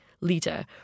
leader